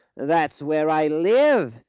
that's where i live,